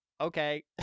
okay